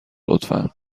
لطفا